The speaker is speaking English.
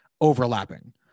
overlapping